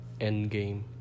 Endgame